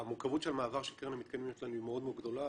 המורכבות של המעבר של קרן המתקנים אצלנו היא מאוד מאוד גדולה,